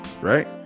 right